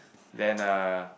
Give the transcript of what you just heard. then uh